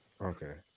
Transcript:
Okay